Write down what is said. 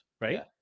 right